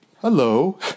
Hello